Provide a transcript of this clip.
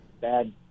bad